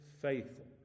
faithful